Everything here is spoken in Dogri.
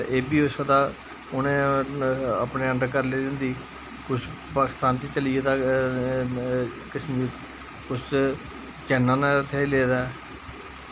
एह् बी होई सकदा उ'नैं अपनें अंडर करी लेदी होंदी ही कुछ पाकिस्तान च चली गेदा कश्मीर कुछ चाइना ने हथेआई लेदा ऐ